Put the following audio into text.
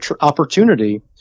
opportunity